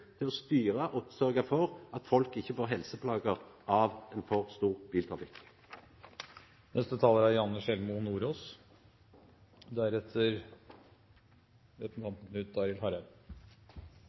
til å styra og sørgja for at folk ikkje får helseplager av ein for stor biltrafikk. Dette er